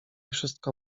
wszystko